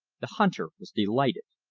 the hunter was delighted.